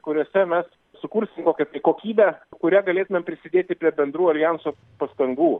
kuriose mes sukursim kokią tai kokybę kuria galėtumėm prisidėti prie bendrų aljanso pastangų